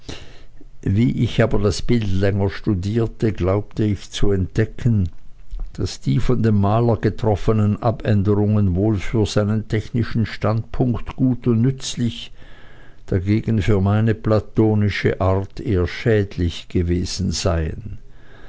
wie ich aber das bild länger studierte glaubte ich zu entdecken daß die von dem maler getroffenen abänderungen wohl für seinen technischen standpunkt gut und nützlich dagegen für meine platonische art eher schädlich gewesen seien